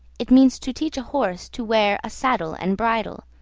it means to teach horse to wear a saddle and bridle,